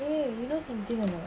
eh you know something or not